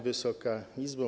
Wysoka Izbo!